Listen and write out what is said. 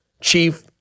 chief